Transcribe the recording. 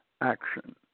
action